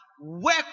work